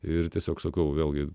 ir tiesiog sakau vėlgi